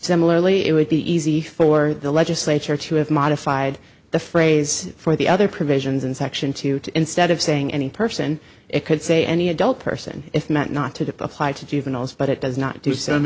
similarly it would be easy for the legislature to have modified the phrase for the other provisions in section two to instead of saying any person could say any adult person if meant not to apply to juveniles but it does not do so